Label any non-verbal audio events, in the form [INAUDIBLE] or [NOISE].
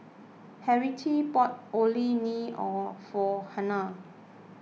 Harriette bought Orh Nee [HESITATION] for Hernan